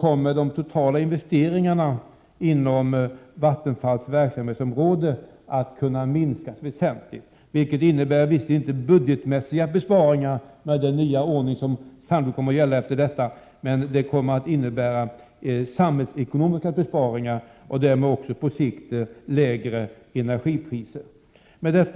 kommer de totala investeringarna inom Vattenfalls verksamhetsområde att kunna minskas väsentligt, vilket visserligen inte innebär budgetmässiga besparingar men sannolikt kommer att innebära samhällsekonomiska besparingar och därmed också på sikt lägre energipriser. Herr talman!